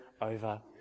over